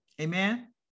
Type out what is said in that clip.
Amen